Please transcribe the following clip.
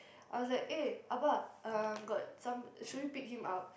I was like eh abah uh got some should we pick him up